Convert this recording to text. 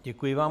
Děkuji vám.